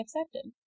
accepted